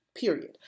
period